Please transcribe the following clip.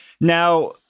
Now